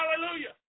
hallelujah